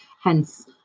hence